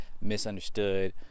misunderstood